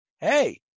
hey